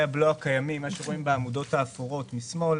הבלו הקיימים בעמודות האפורות משמאל